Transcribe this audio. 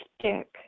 stick